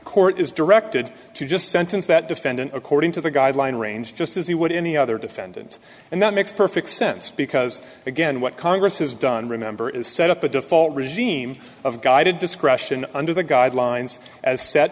court is directed to just sentence that defendant according to the guideline range just as he would any other defendant and that makes perfect sense because again what congress has done remember is set up a default regime of guided discretion under the guidelines